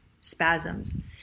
spasms